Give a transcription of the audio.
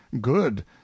good